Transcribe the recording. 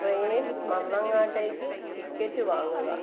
ട്രെയിനിൽ മന്ദങ്ങാട്ടേക്ക് ടിക്കറ്റ് വാങ്ങുക